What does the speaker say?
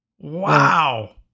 Wow